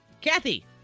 Kathy